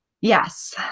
Yes